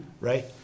right